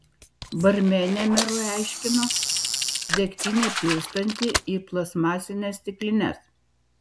barmenė merui aiškino degtinę pilstanti į plastmasines stiklines